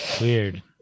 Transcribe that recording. weird